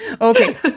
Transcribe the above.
Okay